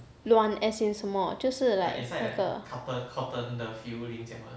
软 as in 什么就是 like 那个